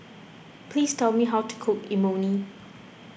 please tell me how to cook Imoni